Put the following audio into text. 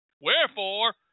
Wherefore